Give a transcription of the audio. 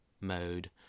mode